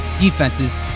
defenses